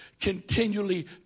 continually